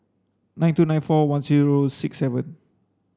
nine two nine four one zero six seven